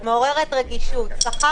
שגם